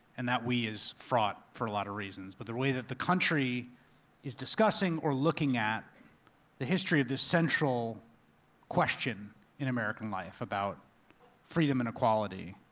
and that we is fraught for a lot of reasons, but the way that the country is discussing or looking at the history of the central question in american life? about freedom and equality,